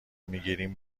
میگیریم